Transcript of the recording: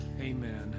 amen